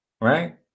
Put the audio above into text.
Right